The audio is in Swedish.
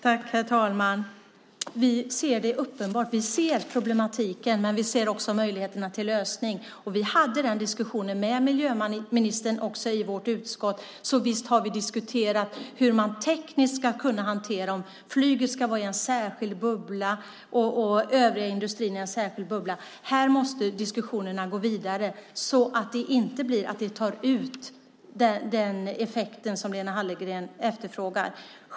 Herr talman! Vi ser uppenbart problematiken, men vi ser också möjligheterna till lösning. Vi hade den diskussionen med miljöministern i vårt utskott, så visst har vi diskuterat hur man tekniskt ska kunna hantera om flyget ska vara i en särskild bubbla och övriga industrin i en annan. Här måste diskussionerna gå vidare så att det inte blir att det tar ut den effekt som Lena Hallengren efterfrågar.